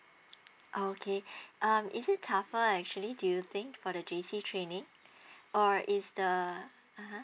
okay um is it tougher actually do you think for the J_C training or is the (uh huh)